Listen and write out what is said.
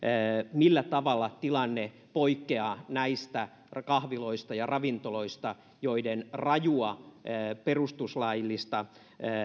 millä tavalla se tilanne poikkeaa näistä kahviloista ja ravintoloista joiden perustuslaillista